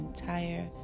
entire